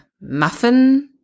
muffin